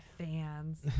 fans